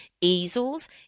easels